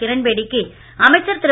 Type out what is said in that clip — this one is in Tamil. கிரண்பேடி க்கு அமைச்சர் திரு